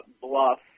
bluff